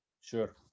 sure